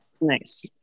Nice